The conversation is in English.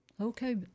Okay